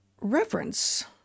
reference